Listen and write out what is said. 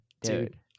Dude